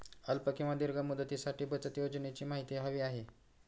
अल्प किंवा दीर्घ मुदतीसाठीच्या बचत योजनेची माहिती हवी आहे